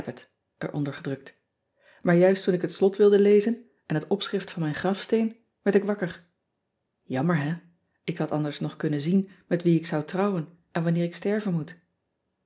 gedrukt aar juist toen ik het slot wilde lezen en het opschrift van mijn grafsteen werd ik wakker ammer hè k had anders nog kunnen zien met wien ik zou trouwen en wanneer ik sterven moet